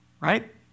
Right